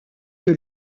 que